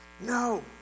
No